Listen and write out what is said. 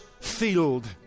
field